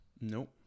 Nope